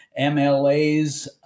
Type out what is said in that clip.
MLAs